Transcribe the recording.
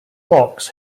fox